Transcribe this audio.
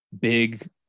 big